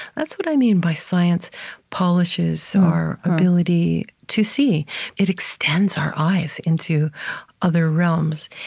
that's what i mean by science polishes our ability to see it extends our eyes into other realms.